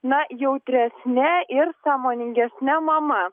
na jautresne ir sąmoningesne mama